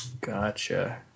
Gotcha